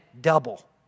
double